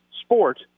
sport